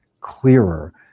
clearer